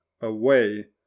away